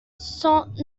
cent